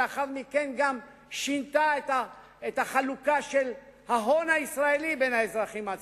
שלאחר מכן גם שינתה את החלוקה של ההון הישראלי בין האזרחים עצמם.